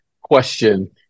question